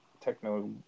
techno